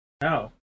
No